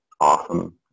awesome